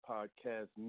Podcast